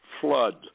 flood